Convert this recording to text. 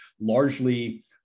largely